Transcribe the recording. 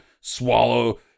Swallow